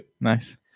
Nice